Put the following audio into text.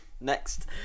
next